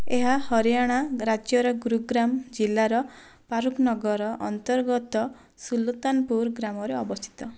ଏହା ହରିୟାଣା ରାଜ୍ୟର ଗୁରୁଗ୍ରାମ ଜିଲ୍ଲାର ଫାରୁଖନଗର ଅନ୍ତର୍ଗତ ସୁଲତାନପୁର ଗ୍ରାମରେ ଅବସ୍ଥିତ